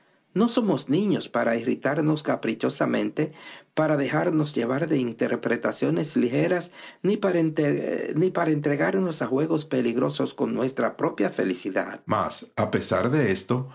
no somos niños para irritarnos caprichosamente para dejarnos llevar de interpretaciones ligeras ni para entregarnos a juegos peligrosos con nuestra propia felicidad mas a pesar de esto